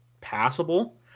passable